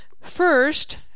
first